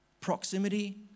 Proximity